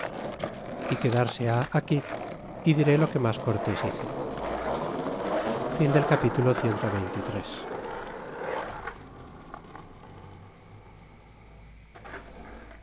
y quedarse ha aquí y diré lo que mas cortés hizo capitulo